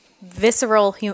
visceral